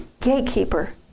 gatekeeper